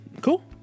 Cool